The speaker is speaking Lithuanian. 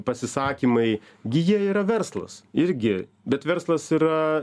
pasisakymai gi jie yra verslas irgi bet verslas yra